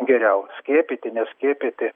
geriau skiepyti neskiepyti